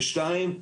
ושתיים,